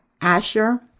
Asher